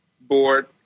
board